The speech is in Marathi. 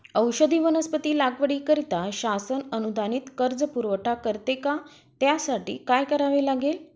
औषधी वनस्पती लागवडीकरिता शासन अनुदानित कर्ज पुरवठा करते का? त्यासाठी काय करावे लागेल?